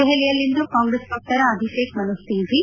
ದೆಹಲಿಯಲ್ಲಿಂದು ಕಾಂಗ್ರೆಸ್ ವಕ್ತಾರ ಅಭಿಷೇಕ್ ಮನು ಸಿಂಫ್ಲಿ